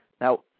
Now